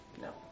No